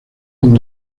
con